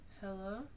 hello